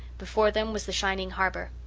before them was the shining harbour.